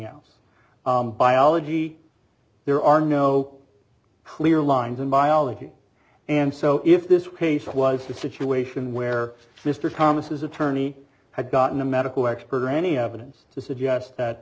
else biology there are no clear lines in biology and so if this case was the situation where mr thomas's attorney had gotten a medical expert or any evidence to suggest that